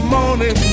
morning